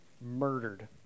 murdered